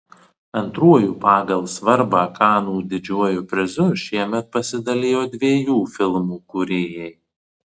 antruoju pagal svarbą kanų didžiuoju prizu šiemet pasidalijo dviejų filmų kūrėjai